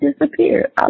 disappeared